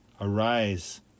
Arise